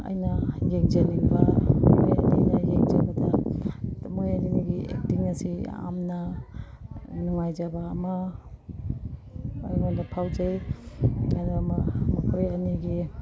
ꯑꯩꯅ ꯌꯦꯡꯖꯅꯤꯡꯕ ꯌꯦꯡꯖꯕꯗ ꯃꯣꯏ ꯑꯅꯤꯒꯤ ꯑꯦꯛꯇꯤꯡ ꯑꯁꯤ ꯌꯥꯝꯅ ꯅꯨꯡꯉꯥꯏꯖꯕ ꯑꯃ ꯑꯩꯉꯣꯟꯗ ꯐꯥꯎꯖꯩ ꯑꯗꯣ ꯃꯈꯣꯏ ꯑꯅꯤꯒꯤ